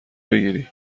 بگیری